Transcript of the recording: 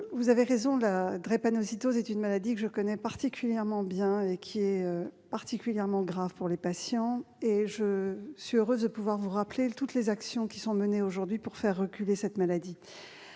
vous avez raison, la drépanocytose est une maladie que je connais particulièrement bien et qui est grave pour les patients. Je suis heureuse de pouvoir vous rappeler toutes les actions menées aujourd'hui pour faire reculer cette maladie.